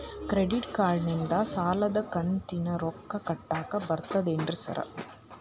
Credit ಕಾರ್ಡನಿಂದ ಸಾಲದ ಕಂತಿನ ರೊಕ್ಕಾ ಕಟ್ಟಾಕ್ ಬರ್ತಾದೇನ್ರಿ ಸಾರ್?